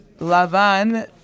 Lavan